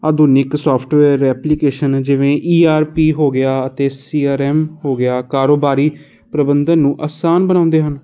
ਆਧੁਨਿਕ software application ਜਿਵੇਂ E R P ਹੋ ਗਿਆ ਅਤੇ ਸੀ ਆਰ ਐਮ ਹੋ ਗਿਆ ਕਾਰੋਬਾਰੀ ਪ੍ਰਬੰਧਨ ਨੂੰ ਆਸਾਨ ਬਣਾਉਂਦੇ ਹਨ